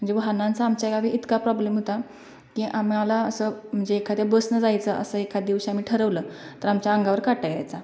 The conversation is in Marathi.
म्हणजे वाहनांचा आमच्या गावी इतका प्रॉब्लेम होता की आम्हाला असं म्हणजे एखाद्या बसनं जायचं असं एखाद दिवशी आम्ही ठरवलं तर आमच्या अंगावर काटा यायचा